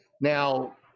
Now